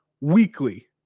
weekly